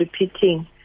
repeating